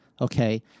Okay